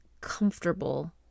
comfortable